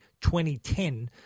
2010